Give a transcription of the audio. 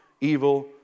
evil